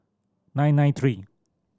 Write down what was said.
nine nine three